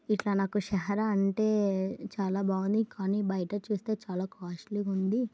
ఇట్లా నాకు షహర అంటే చాలా బావుంది కానీ బయట చూస్తే చాలా కాస్ట్లీ ఉంది